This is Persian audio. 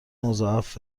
مضاعف